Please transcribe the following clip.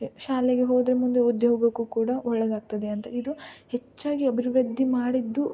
ಶಾಲೆಗೆ ಹೋದರೆ ಮುಂದೆ ಉದ್ಯೋಗಕ್ಕೂ ಕೂಡ ಒಳ್ಳೆಯದಾಗ್ತದೆ ಅಂತ ಇದು ಹೆಚ್ಚಾಗಿ ಅಭಿವೃದ್ಧಿ ಮಾಡಿದ್ದು